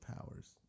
powers